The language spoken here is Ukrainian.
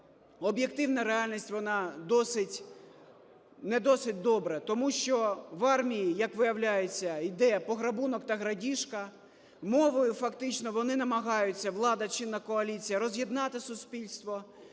об'єктивна реальність, вона не досить добра. Тому що в армії, як виявляється, йде пограбунок та крадіжка. Мовою фактично вони намагаються, влада чинна і коаліція, роз'єднати суспільство.